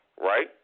Right